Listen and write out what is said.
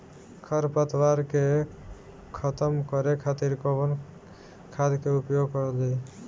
खर पतवार के खतम करे खातिर कवन खाद के उपयोग करल जाई?